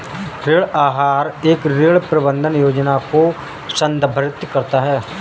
ऋण आहार एक ऋण प्रबंधन योजना को संदर्भित करता है